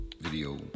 video